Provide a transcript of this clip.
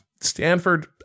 Stanford